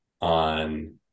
on